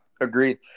agreed